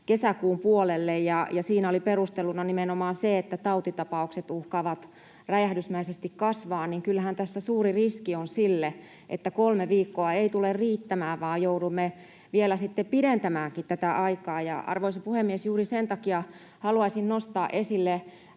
kesäkuun puolelle ja siinä oli perusteluna nimenomaan se, että tautitapaukset uhkaavat räjähdysmäisesti kasvaa, niin kyllähän tässä suuri riski on sille, että kolme viikkoa ei tule riittämään, vaan joudumme vielä pidentämäänkin tätä aikaa. Ja, arvoisa puhemies, juuri sen takia haluaisin nostaa esille